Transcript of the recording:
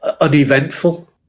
uneventful